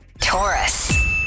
Taurus